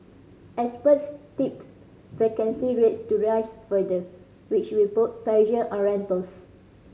experts tipped vacancy rates to rise further which will put pressure on rentals